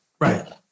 Right